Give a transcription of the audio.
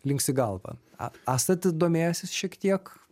linksi galva a esate domėjęsis šiek tiek